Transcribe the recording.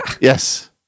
Yes